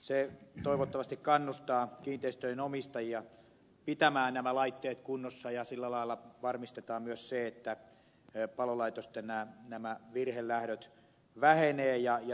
se toivottavasti kannustaa kiinteistöjen omistajia pitämään nämä laitteet kunnossa ja sillä lailla varmistetaan myös se että nämä palolaitosten virhelähdöt vähenevät